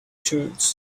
turns